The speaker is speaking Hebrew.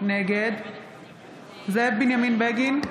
נגד זאב בנימין בגין,